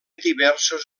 diversos